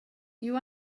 you